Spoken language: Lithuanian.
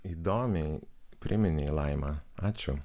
įdomiai priminei laima ačiū